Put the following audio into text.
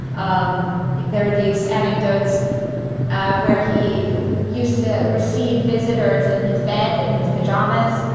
um there are these anecdotes where he used to receive visitors in his bed, in his pajamas,